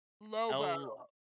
lobo